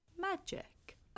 magic